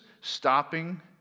stopping